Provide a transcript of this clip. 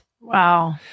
Wow